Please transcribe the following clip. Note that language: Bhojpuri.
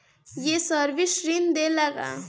ये सर्विस ऋण देला का?